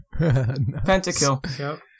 Pentakill